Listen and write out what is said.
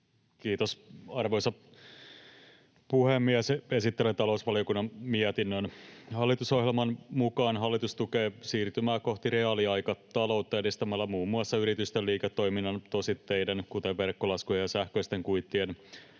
Kiitos, arvoisa puhemies! Esittelen talousvaliokunnan mietinnön. Hallitusohjelman mukaan hallitus tukee siirtymää kohti reaaliaikataloutta edistämällä muun muassa yritysten liiketoiminnan tositteiden, kuten verkkolaskujen ja sähköisten kuittien,